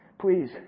please